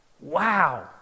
Wow